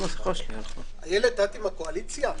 הצבעה